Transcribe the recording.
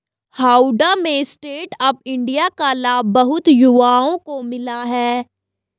हावड़ा में stand up India का लाभ बहुत युवाओं को मिला